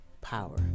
power